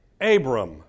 Abram